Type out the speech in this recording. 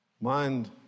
Mind